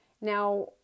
Now